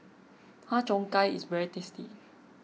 Har Cheong Gai is very tasty